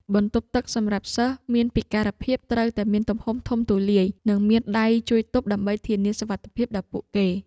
បន្ទប់ទឹកសម្រាប់សិស្សមានពិការភាពត្រូវតែមានទំហំធំទូលាយ និងមានដៃជួយទប់ដើម្បីធានាសុវត្ថិភាពដល់ពួកគេ។